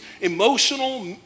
emotional